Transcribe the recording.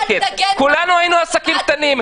כולנו היינו עסקים קטנים.